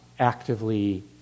Actively